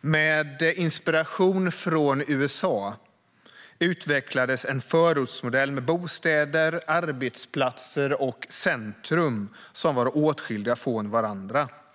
Med inspiration från USA utvecklades en förortsmodell med bostäder, arbetsplatser och centrum som var åtskilda från varandra.